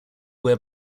wear